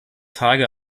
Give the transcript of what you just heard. tage